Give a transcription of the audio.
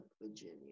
Virginia